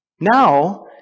Now